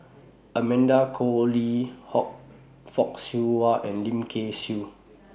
Amanda Koe Lee Hock Fock Siew Wah and Lim Kay Siu